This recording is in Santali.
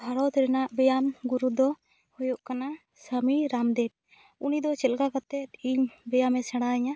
ᱵᱷᱟᱨᱚᱛ ᱨᱮᱱᱟᱜ ᱵᱮᱭᱟᱢ ᱜᱩᱨᱩ ᱫᱚ ᱦᱩᱭᱩᱜ ᱠᱟᱱᱟ ᱥᱟᱢᱤ ᱨᱟᱢᱫᱮᱵ ᱩᱱᱤ ᱫᱚ ᱪᱮᱫ ᱞᱮᱠᱟ ᱠᱟᱛᱮᱜ ᱤᱧ ᱵᱮᱭᱟᱢ ᱮ ᱥᱮᱬᱟ ᱤᱧᱟᱹ